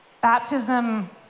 Baptism